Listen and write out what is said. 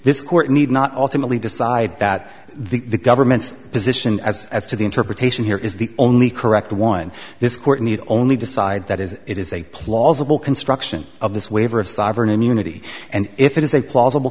this court need not ultimately decide that the government's position as as to the interpretation here is the only correct one this court need only decide that is it is a plausible construction of this waiver of sovereign immunity and if it is